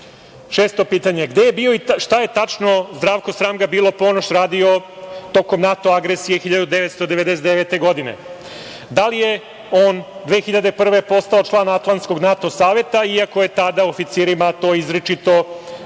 je bio i šta je tačno Zdravko, sram ga bilo, Ponoš radio tokom NATO agresije 1999. godine? Da li je on 2001. godine postao član Atlantskog NATO saveta, iako je tada oficirima to izričito bilo